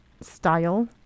style